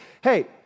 hey